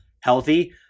healthy